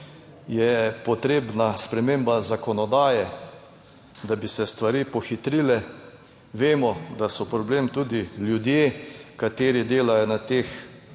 je potrebna sprememba zakonodaje, da bi se stvari pohitrile. Vemo, da so problem tudi ljudje, kateri delajo na teh